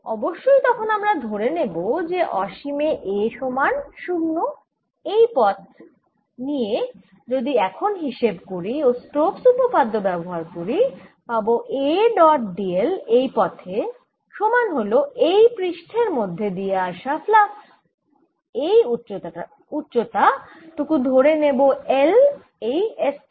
অবশ্যই তখন আমরা ধরে নেব যে অসীমে A সমান 0 এই পথ নিয়ে যদি এখন হিসেব করি ও স্টোক্স উপপাদ্য ব্যবহার করি পাবো A ডট d l এই পথে সমান হল এই পৃষ্ঠের মধ্যে দিয়ে আসা ফ্লাক্স এই উচ্চতা টুকু ধরে নেব l এই s থেকে